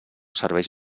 serveis